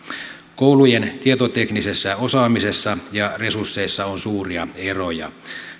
koulujen tietoteknisessä osaamisessa ja resursseissa on suuria eroja